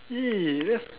!ee! that's